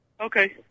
Okay